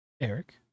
eric